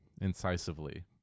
incisively